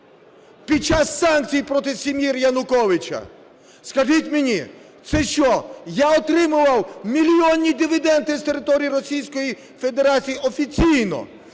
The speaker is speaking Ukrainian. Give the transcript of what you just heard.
під час санкцій проти сім'ї Януковича? Скажіть мені, це що я отримував мільйонні дивіденди з території Російської Федерації офіційно,